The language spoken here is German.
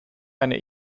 eine